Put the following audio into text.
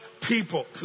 people